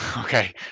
Okay